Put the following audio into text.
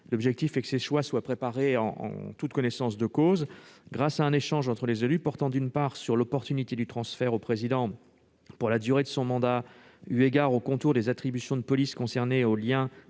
L'objectif est que ces choix soient préparés en bonne connaissance de cause grâce à un échange entre les élus portant sur plusieurs points : l'opportunité du transfert au président pour la durée de son mandat, eu égard aux contours des attributions de police concernées et au lien